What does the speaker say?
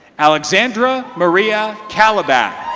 alexandra maria talabat.